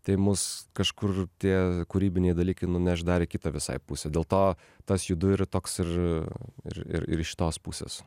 tai mus kažkur tie kūrybiniai dalykai nuneš dar į kitą visai pusę dėl to tas judu yra toks ir ir ir ir iš šitos pusės